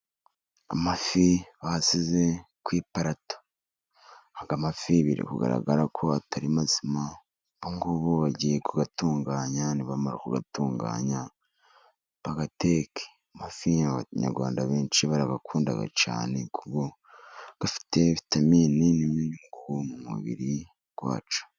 Amafi basize ku iparato. Aya mafi biri kugaragara ko atari mazima, ubu ngubu bagiye kuyatunganya, nibamara kuyatunganya bayateke. Amafi Abanyarwanda benshi barayakunda cyane kuko afite vitamini nini ku mubiri wacu.